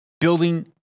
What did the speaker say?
building